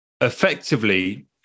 effectively